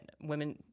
women